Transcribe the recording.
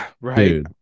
Right